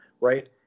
right